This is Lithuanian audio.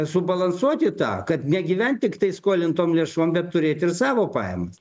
subalansuoti tą kad negyvent tiktai skolintom lėšom bet turėt ir savo pajamas